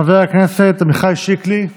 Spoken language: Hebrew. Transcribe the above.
חבר הכנסת עמיחי שיקלי,